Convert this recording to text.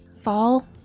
Fall